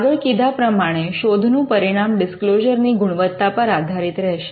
આગળ કહ્યાં પ્રમાણે શોધનું પરિણામ ડિસ્ક્લોઝર ની ગુણવત્તા પર આધારિત રહેશે